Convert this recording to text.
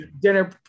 dinner